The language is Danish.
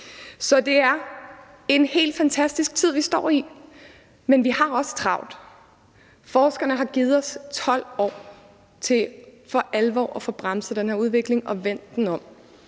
Så det er en helt fantastisk tid, vi står i, men vi har også travlt. Forskerne har givet os 12 år til for alvor at få bremset den her udvikling og vendt den om,